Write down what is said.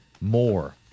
more